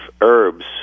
herbs